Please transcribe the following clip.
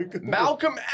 Malcolm